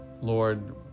Lord